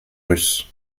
russe